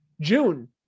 June